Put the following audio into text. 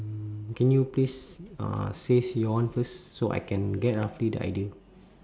mm can you please uh says your one first so I can get roughly the idea